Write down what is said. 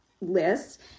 list